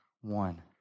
one